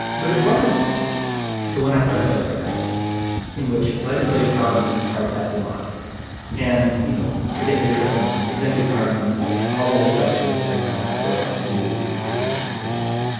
but it wasn't the one i started by describing in which legislative power means the power to pass laws and you know forget judicial for the moment executive power means like all the other stuff that a government that sort ought to do that the executive usually does.